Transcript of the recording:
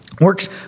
Works